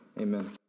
Amen